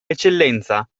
eccellenza